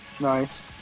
Nice